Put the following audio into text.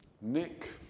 Nick